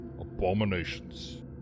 abominations